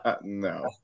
No